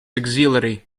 auxiliary